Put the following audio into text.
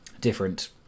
different